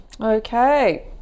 Okay